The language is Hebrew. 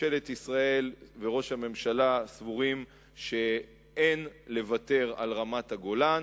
ממשלת ישראל וראש הממשלה סבורים שאין לוותר על רמת-הגולן,